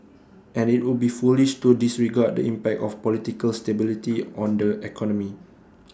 and IT would be foolish to disregard the impact of political stability on the economy